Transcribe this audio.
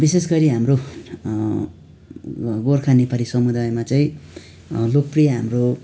विशेष गरी हाम्रो गोर्खा नेपाली समुदायमा चाहिँ लोकप्रिय हाम्रो